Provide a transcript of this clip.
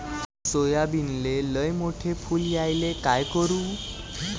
सोयाबीनले लयमोठे फुल यायले काय करू?